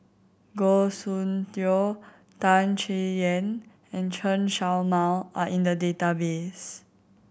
Goh Soon Tioe Tan Chay Yan and Chen Show Mao are in the database